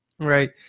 Right